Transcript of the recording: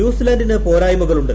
ന്യൂസിലാന്റിന് പോരായ്മകളുണ്ട്